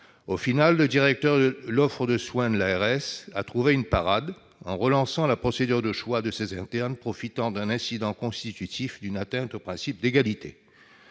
Au final, le directeur de l'offre de soins de l'ARS a trouvé une parade en relançant la procédure de choix de ces internes à la faveur d'un incident constitutif d'une atteinte au principe d'égalité.